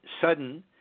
sudden